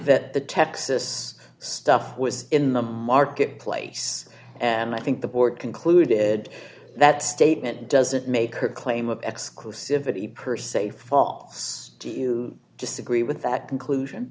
that the texas stuff was in the market place and i think the board concluded that statement doesn't make a claim of exclusivity per se fall do you disagree with that conclusion